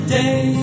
day